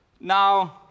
Now